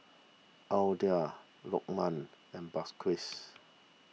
Aidil Lokman and